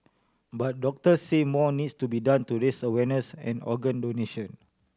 but doctors say more needs to be done to raise awareness on organ donation